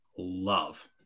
love